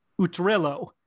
Utrillo